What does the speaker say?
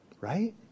Right